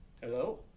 Hello